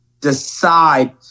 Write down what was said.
Decide